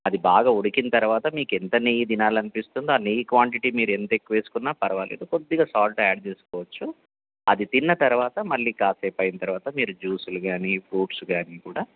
అది బాగా ఉడికిన తర్వాత మీకు ఎంత నెయ్యి తినాలి అనిపిస్తుందో ఆ నెయ్యి క్వాంటిటీ మీరు ఎంత ఎక్కువ వేసుకున్న పర్వాలేదు కొద్దిగ సాల్ట్ యాడ్ చేసుకోవచ్చు అది తిన్న తర్వాత మళ్ళీ కాసేపు అయిన తర్వాత మీరు జూసులు కానీ ఫ్రూట్స్ కానీ కూడా